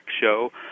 show